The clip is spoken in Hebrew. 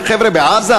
עם החבר'ה בעזה?